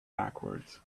backwards